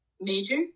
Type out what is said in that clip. Major